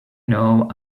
know